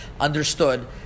understood